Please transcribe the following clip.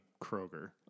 Kroger